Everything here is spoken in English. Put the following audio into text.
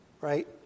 right